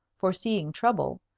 foreseeing trouble,